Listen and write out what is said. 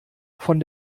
von